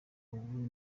ubu